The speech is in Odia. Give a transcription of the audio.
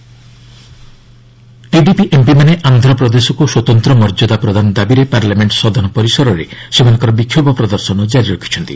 ଟିଡିପି ପ୍ରେଟେଷ୍ଟ ଟିଡିପି ଏମ୍ପିମାନେ ଆନ୍ଧ୍ରପ୍ରଦେଶକୁ ସ୍ୱତନ୍ତ୍ର ମର୍ଯ୍ୟାଦା ପ୍ରଦାନ ଦାବିରେ ପାର୍ଲାମେଣ୍ଟ ସଦନ ପରିସରରେ ସେମାନଙ୍କର ବିକ୍ଷୋଭ ପ୍ରଦର୍ଶନ ଜାରି ରଖିଛନ୍ତି